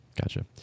Gotcha